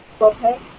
Okay